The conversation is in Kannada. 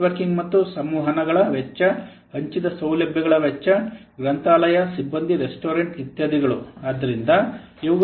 ನೆಟ್ವರ್ಕಿಂಗ್ ಮತ್ತು ಸಂವಹನಗಳ ವೆಚ್ಚ ಹಂಚಿದ ಸೌಲಭ್ಯಗಳ ವೆಚ್ಚ ಗ್ರಂಥಾಲಯ ಸಿಬ್ಬಂದಿ ರೆಸ್ಟೋರೆಂಟ್ ಇತ್ಯಾದಿಗಳು ಆದ್ದರಿಂದ ಇವುಗಳನ್ನು ಸಹ ಓವರ್ಹೆಡ್ ಎಂದು ಪರಿಗಣಿಸಬಹುದು